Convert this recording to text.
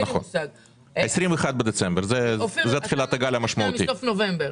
21 בדצמבר, תחילת הגל המשמעותי.